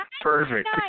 Perfect